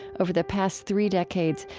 over the past three decades,